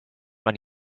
man